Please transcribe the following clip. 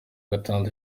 gatandatu